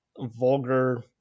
vulgar